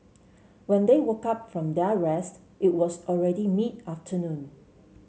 when they woke up from their rest it was already mid afternoon